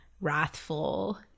wrathful